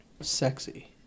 sexy